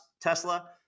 Tesla